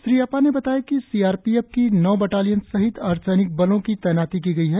श्री अपा ने बताया कि सी आर पी एफ की नौ बटालियन सहित अर्धसैनिक बलों की तैनाती की गई है